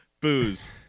booze